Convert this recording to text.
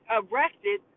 arrested